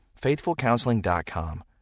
FaithfulCounseling.com